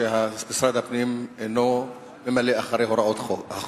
שמשרד הפנים אינו ממלא אחר הוראות החוק,